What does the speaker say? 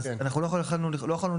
אז לא התייחסנו,